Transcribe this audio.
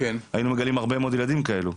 היינו מגלים הרבה מאוד ילדים כאלה.